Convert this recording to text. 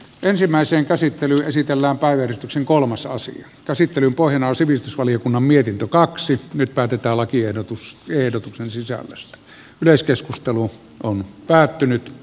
ensimmäisen käsittelyn esitellä yhdistyksen kolmasosa käsittelyn pohjana on sivistysvaliokunnan mietintö kaksi päätetä lakiehdotus vie ehdotuksen sisällöstä yleiskeskustelu on päättynyt